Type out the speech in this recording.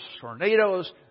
tornadoes